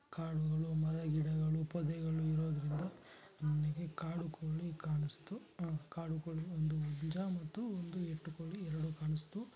ಕಾಡುಗಳು ಮರ ಗಿಡಗಳು ಪೊದೆಗಳು ಇರೋದರಿಂದ ನನಗೆ ಕಾಡು ಕೋಳಿ ಕಾಣಿಸ್ತು ಆ ಕಾಡು ಕೋಳಿ ಒಂದು ಹುಂಜ ಮತ್ತು ಒಂದು ಹೆಣ್ಣು ಕೋಳಿ ಎರಡೂ ಕಾಣಿಸ್ತು